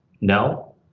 No